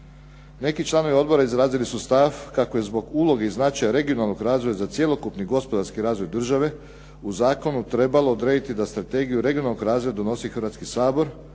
Neki članovi odbora izrazili su stav kako je zbog uloge i značaja regionalnog razvoja za cjelokupni gospodarski razvoj države u zakonu trebalo odrediti da strategiju regionalnog razvoja donosi i Hrvatski sabor,